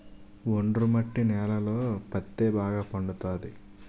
ఒండ్రు మట్టి నేలలలో పత్తే బాగా పండుతది